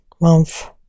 month